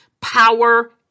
power